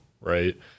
Right